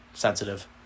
Sensitive